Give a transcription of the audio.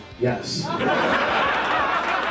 yes